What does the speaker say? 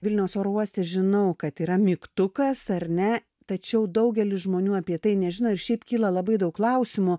vilniaus oro uoste žinau kad yra mygtukas ar ne tačiau daugelis žmonių apie tai nežino ir šiaip kyla labai daug klausimų